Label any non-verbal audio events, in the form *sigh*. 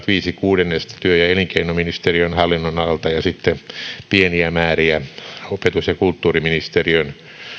*unintelligible* viisi kuudennesta työ ja elinkeinoministeriön hallinnonalalta ja sitten pieniä määriä opetus ja kulttuuriministeriön